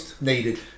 needed